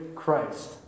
Christ